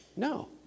No